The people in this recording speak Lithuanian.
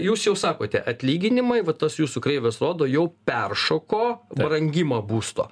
jūs jau sakote atlyginimai vat tos jūsų kreivės rodo jau peršoko brangimą būsto